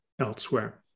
elsewhere